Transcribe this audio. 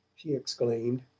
she exclaimed,